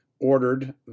ordered